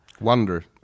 Wonder